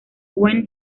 when